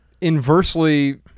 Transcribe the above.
inversely